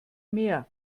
mehr